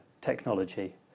technology